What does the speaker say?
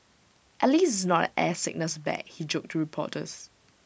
at least it's not an air sickness bag he joked to reporters